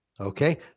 Okay